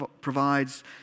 provides